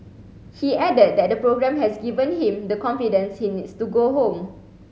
he added that that programme has given him the confidence he needs to go home